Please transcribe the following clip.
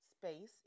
space